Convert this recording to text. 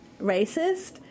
racist